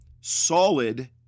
solid